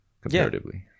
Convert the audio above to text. comparatively